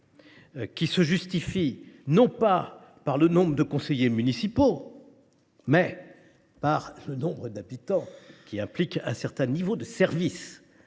se justifient non pas par le nombre de conseillers municipaux, mais par le nombre d’habitants, qui implique un certain niveau de service